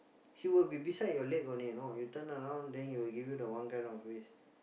he will be beside your leg only you know you turn around then he will give you the one kind of face